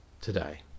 today